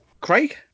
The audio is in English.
Craig